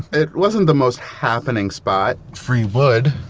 it wasn't the most happening spot free wood.